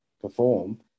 perform